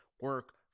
Work